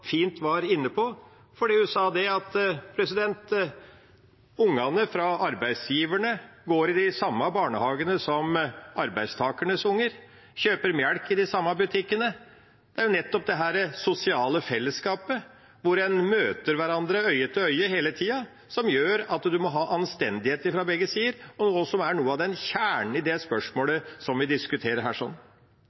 fint var inne på da hun sa at ungene til arbeidsgiverne går i de samme barnehagene som arbeidstakernes unger, og at arbeidsgiverne og arbeidstakerne kjøper melk i de samme butikkene. Det er jo nettopp dette sosiale fellesskapet, der en møter hverandre øye til øye hele tida, som gjør at man må ha anstendighet fra begge sider, noe som også er noe av kjernen i det spørsmålet vi diskuterer her.